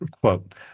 quote